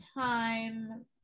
time